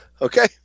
Okay